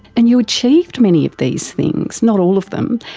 and you achieved many of these things. not all of them.